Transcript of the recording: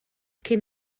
cyn